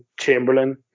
Chamberlain